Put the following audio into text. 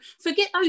forget